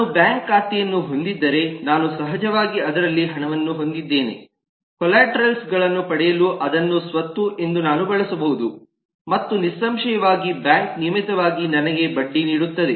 ನಾನು bank bank ಖಾತೆಯನ್ನು ಹೊಂದಿದ್ದರೆ ನಾನು ಸಹಜವಾಗಿ ಅದರಲ್ಲಿ ಹಣವನ್ನು ಹೊಂದಿದ್ದೇನೆ ಕೊಲ್ಯಾಟರಲ್ ಗಳನ್ನು ಪಡೆಯಲು ಅದನ್ನು ಸ್ವತ್ತು ಎಂದು ನಾನು ಬಳಸಬಹುದು ಮತ್ತು ನಿಸ್ಸಂಶಯವಾಗಿ ಬ್ಯಾಂಕ್ ನಿಯಮಿತವಾಗಿ ನನಗೆ ಬಡ್ಡಿ ನೀಡುತ್ತದೆ